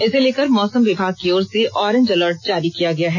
इसे लेकर मौसम विभाग की ओर से ऑरेंज अलर्ट जारी किया गया है